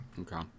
Okay